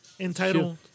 Entitled